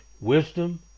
Wisdom